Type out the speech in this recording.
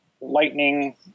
lightning